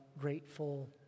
grateful